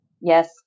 Yes